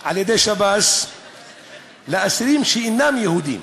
על-ידי שב"ס לאסירים שאינם יהודים,